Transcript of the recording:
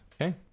okay